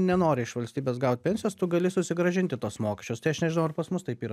nenori iš valstybės gaut pensijos tu gali susigrąžinti tuos mokesčius tai aš nežinau ar pas mus taip yra